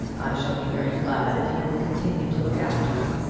shall be very glad if he will continue to look after them,